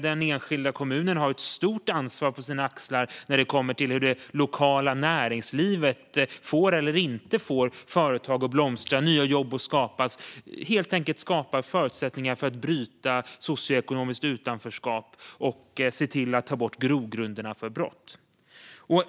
Den enskilda kommunen har ett stort ansvar på sina axlar när det kommer till hur det lokala näringslivet får eller inte får företag att blomstra och nya jobb att skapas, att helt enkelt skapa förutsättningar för att bryta socioekonomiskt utanförskap och ta bort grogrunderna för brott.